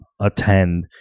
attend